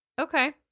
Okay